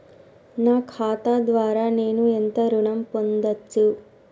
నా ఖాతా ద్వారా నేను ఎంత ఋణం పొందచ్చు?